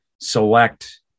select